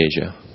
Asia